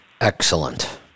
Excellent